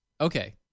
Okay